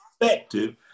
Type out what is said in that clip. perspective